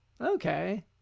Okay